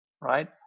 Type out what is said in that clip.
right